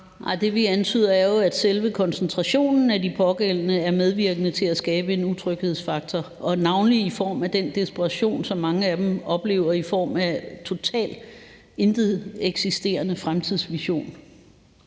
det, vi antyder, er jo, at selve koncentrationen af de pågældende er medvirkende til at skabe en utryghedsfaktor, og navnlig også i form af den desperation, som mange af dem oplever i form af en totalt ikkeeksisterende fremtidsvision.